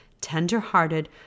tender-hearted